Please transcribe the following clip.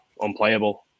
unplayable